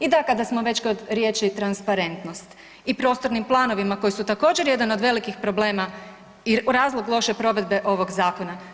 I da, kada smo već kod riječi „transparentnost“ i prostornim planovima koji su također jedan od velikih problema i razlog loše provedbe ovog zakona.